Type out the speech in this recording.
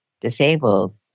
disabled